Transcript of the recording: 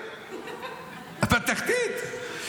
בתחתית.